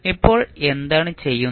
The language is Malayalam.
ഇപ്പോൾ എന്താണ് ചെയ്യുന്നത്